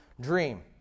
dream